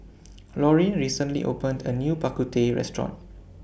Laurene recently opened A New Bak Kut Teh Restaurant